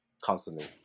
constantly